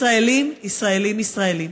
ישראלים, ישראלים, ישראלים.